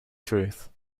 truth